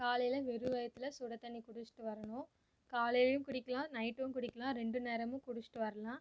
காலையில வெறும் வயிற்றுல சுடு தண்ணீர் குடிச்சிகிட்டு வரணும் காலையிலயும் குடிக்கலாம் நைட்டும் குடிக்கலாம் ரெண்டு நேரமும் குடிச்சிகிட்டு வரலாம்